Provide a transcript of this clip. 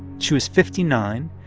she was fifty nine.